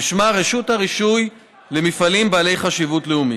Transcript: ושמה: רשות הרישוי למפעלים בעלי חשיבות לאומית.